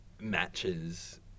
matches